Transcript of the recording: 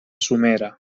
somera